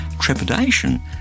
trepidation